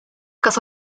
kas